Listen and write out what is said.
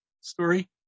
Story